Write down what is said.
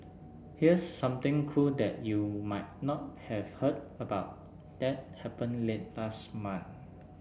here's something cool that you might not have heard about that happened late last month